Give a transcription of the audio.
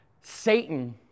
Satan